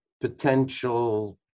potential